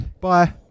Bye